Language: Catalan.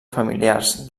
familiars